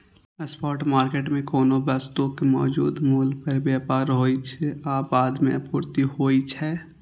spot market मे कोनो वस्तुक मौजूदा मूल्य पर व्यापार होइ छै आ बाद मे आपूर्ति होइ छै